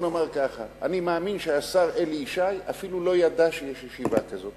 אני מאמין שהשר אלי ישי אפילו לא ידע שיש ישיבה כזו.